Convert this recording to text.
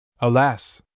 Alas